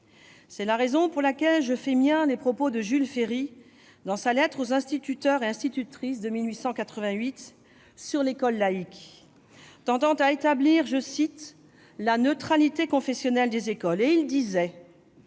C'est la raison pour laquelle je fais miens les propos de Jules Ferry, dans sa lettre de 1883 aux instituteurs et institutrices sur l'école laïque, tendant à établir la neutralité confessionnelle des écoles :